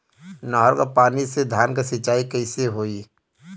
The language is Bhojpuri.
नहर क पानी से धान क सिंचाई कईसे होई?